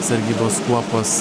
sargybos kuopos